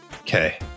Okay